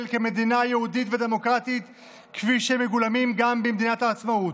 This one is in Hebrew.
כמדינה יהודית ודמוקרטית כפי שהם מגולמים גם במגילת העצמאות.